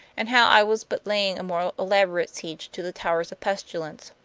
and how i was but laying a more elaborate siege to the towers of pestilence.